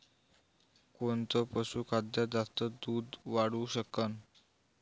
कोनचं पशुखाद्य जास्त दुध वाढवू शकन?